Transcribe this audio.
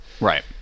right